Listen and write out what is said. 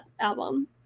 album